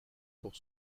pour